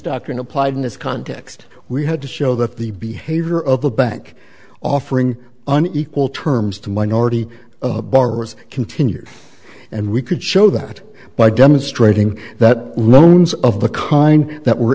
doctrine applied in this context we had to show that the behavior of the bank offering an equal terms to minority borrowers continues and we could show that by demonstrating that loans of the kind that were